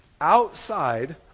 Outside